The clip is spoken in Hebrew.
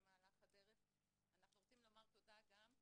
להבהיר את זה בנוסח.